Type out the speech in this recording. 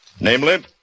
Namely